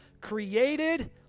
created